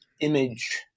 image